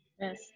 Yes